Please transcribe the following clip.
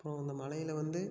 அப்புறம் இந்த மலையில் வந்து